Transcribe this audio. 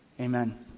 Amen